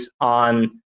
on